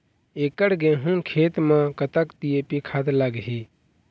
एकड़ गेहूं खेत म कतक डी.ए.पी खाद लाग ही?